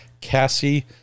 Cassie